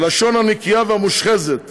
הלשון הנקייה והמושחזת